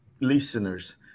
listeners